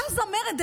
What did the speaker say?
אותה זמרת,